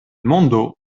mondo